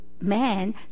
man